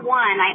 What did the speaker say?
one